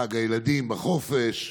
חג הילדים בחופש.